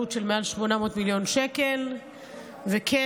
היא לעלות את זה ל-300 שקל ליום מילואים לכל חייל.